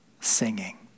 singing